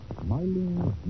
smiling